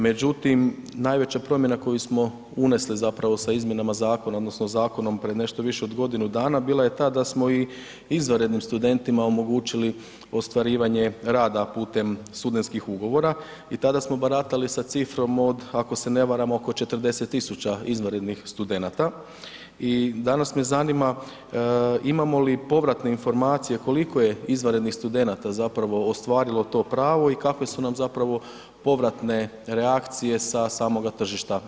Međutim, najveća promjena koju smo unesli zapravo sa izmjenama zakona odnosno zakonom pred nešto više od godinu dana bila je ta da smo i izvanrednim studentima omogućili ostvarivanje rada putem studentskih ugovora i tada smo baratali sa cifrom od ako se ne varam oko 40 000 izvanrednih studenata i danas me zanima imamo li povratne informacije koliko je izvanrednih studenata zapravo ostvarilo to pravo i kakve su nam zapravo povratne reakcije sa samoga tržišta rada?